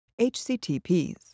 HCTPs